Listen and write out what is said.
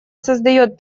создает